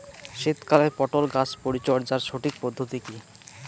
শীতকালে পটল গাছ পরিচর্যার সঠিক পদ্ধতি কী?